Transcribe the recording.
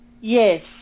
Yes